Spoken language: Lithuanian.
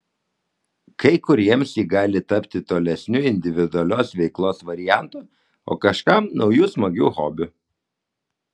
kai kuriems ji gali tapti tolesniu individualios veiklos variantu o kažkam nauju smagiu hobiu